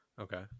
Okay